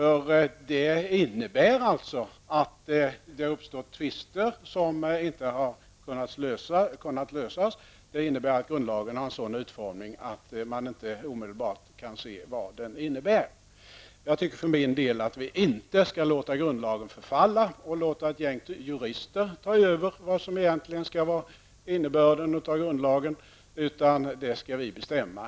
Detta innebär att det uppstått tvister som inte har kunnat lösas och att grundlagen har en sådan utformning att man inte omedelbart kan se vad den har för innebörd. För min del anser jag att grundlagen inte skall tillåtas förfalla och att man inte skall låta ett gäng jurister ta över bedömningen av den egentliga innebörden, utan det skall riksdagen bestämma.